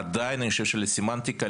עדיין אני חושב שגם לסמנטיקה,